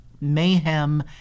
mayhem